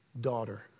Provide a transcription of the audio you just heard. daughter